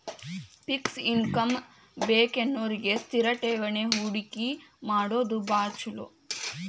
fix income ಬೇಕನ್ನೋರಿಗಿ ಸ್ಥಿರ ಠೇವಣಿ ಹೂಡಕಿ ಮಾಡೋದ್ ಭಾಳ್ ಚೊಲೋ